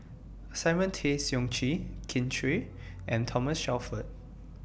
Simon Tay Seong Chee Kin Chui and Thomas Shelford